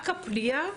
רק הפנייה,